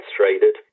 demonstrated